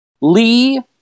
Lee